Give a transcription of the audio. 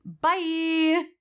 Bye